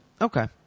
Okay